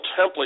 template